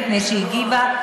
מפני שהיא הגיבה.